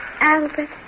Albert